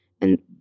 and-